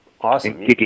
awesome